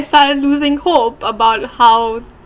started losing hope about how